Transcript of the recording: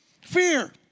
Fear